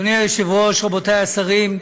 אדוני היושב-ראש, רבותי השרים,